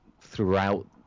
throughout